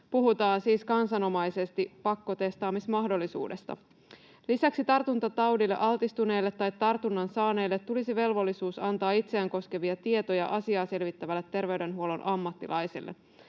puhutaan siis kansanomaisesti pakkotestaamismahdollisuudesta. Lisäksi tartuntataudille altistuneelle tai tartunnan saaneelle tulisi velvollisuus antaa itseään koskevia tietoja asiaa selvittävälle terveydenhuollon ammattilaiselle.